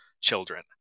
children